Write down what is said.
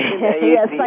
Yes